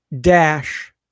dash